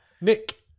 Nick